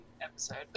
Episode